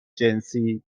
جنسی